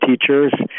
teachers